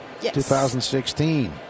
2016